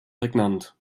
prägnant